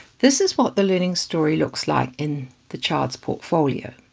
this is what the learning story looks like in the child's portfolio.